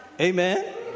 Amen